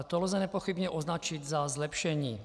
To lze nepochybně označit za zlepšení.